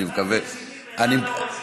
אחד רציני ואחד לא רציני.